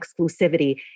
exclusivity